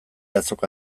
azoka